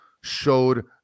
showed